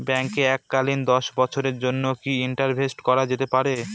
ব্যাঙ্কে এককালীন দশ বছরের জন্য কি ইনভেস্ট করা যেতে পারে?